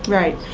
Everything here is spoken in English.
right.